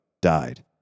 died